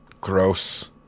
Gross